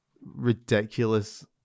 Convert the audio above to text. ridiculous